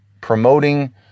promoting